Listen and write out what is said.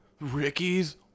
Ricky's